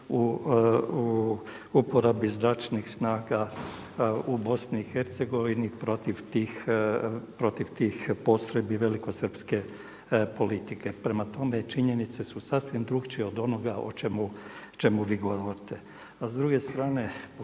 u uporabi zračnih snaga u BiH protiv tih postrojbi velikosrpske politike. Prema tome, činjenice su sasvim drukčije od onoga o čemu vi govorite.